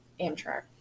Amtrak